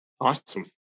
awesome